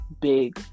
big